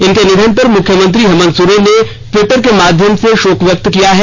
इनके निधन पर मुख्यमंत्री हेमन्त सोरेन ने टिवट्र के माध्यम से भाोक व्यक्त किया है